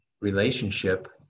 relationship